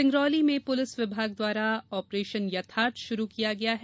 सिंगरौली में पुलिस विभाग द्वारा ऑपरेशन यथार्थ शुरू किया गया है